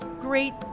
Great